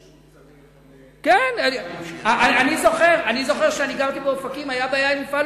השירות שהוא צריך למפעל, אם הוא נתקע.